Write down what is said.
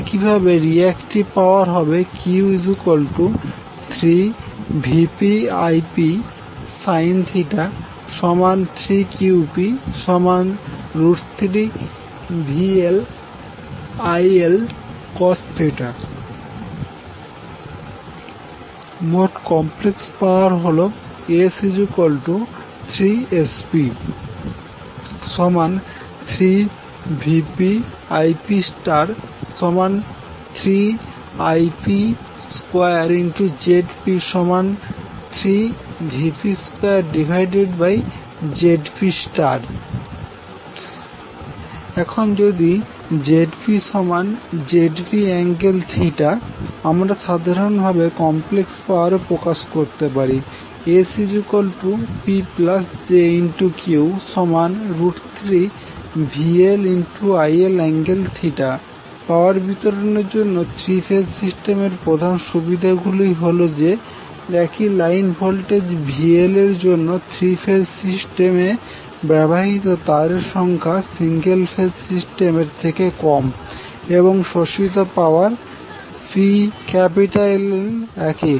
একইভাবে reactive power হবে Q3VpIpsin 3Qp3VLILcos মোট কমপ্লেক্স পাওয়ার হল S3Sp3VpIp3Ip2Zp3Vp2Zp এখন যদি ZpZp∠θ আমরা সাধারণভাবে কমপ্লেক্স পাওয়ার প্রকাশ করতে পারি SPjQ3VLIL∠θ পাওয়ার বিতরণের জন্য থ্রি ফেজ সিস্টেমের প্রধান সুবিধাগুলি হল যে একই লাইন ভোল্টেজ VLএর জন্য থ্রি ফেজ সিস্টেমে ব্যবহৃত তারের সংখা সিঙ্গেল ফেজ সিস্টেম এর থেকে কম এবং শোষিত পাওয়ার PL একই